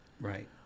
Right